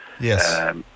yes